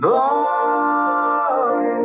Boy